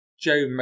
Joe